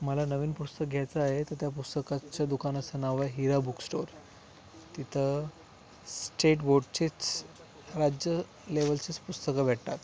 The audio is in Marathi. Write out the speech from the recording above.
मला नवीन पुस्तक घ्यायचं आहे तर त्या पुस्तकाच्या दुकानाचं नाव आहे हिरा बुक स्टोर तिथं स्टेट बोर्डचेच राज्य लेव्हलचेच पुस्तकं भेटतात